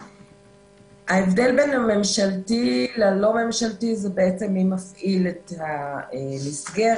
ההבדל בין הממשלתי ללא ממשלתי הוא מי מפעיל את המסגרת.